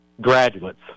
graduates